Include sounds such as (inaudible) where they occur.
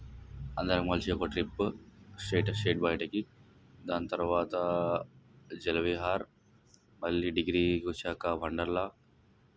అందరం కలసి ఒక ట్రిప్పు (unintelligible) స్టేట్ బయటికి దాని తర్వాత జల విహార్ మళ్ళీ డిగ్రీకి వచ్చాక వండర్ లా